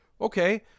Okay